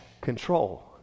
control